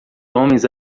homens